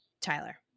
Tyler